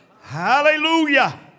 Hallelujah